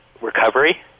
recovery